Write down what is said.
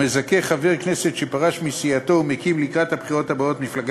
המזכה חבר כנסת שפרש מסיעתו ומקים לקראת הבחירות הבאות מפלגה